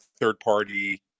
third-party